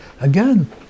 Again